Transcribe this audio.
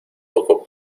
poco